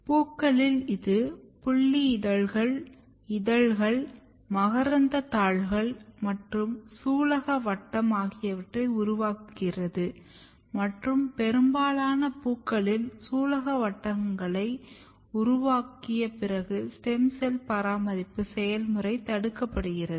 பூக்களில் இது புல்லி இதழ்கள் இதழ்கள் மகரந்தத்தாள்கள் மற்றும் சூலகவட்டம் ஆகியவற்றை உருவாக்குகிறது மற்றும் பெரும்பாலான பூக்களில் சூலகவட்டங்களை உருவாக்கிய பிறகு ஸ்டெம் செல் பராமரிப்பு செயல்முறை தடுக்கப்படுகிறது